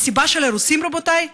"מסיבה של הרוסים", רבותיי?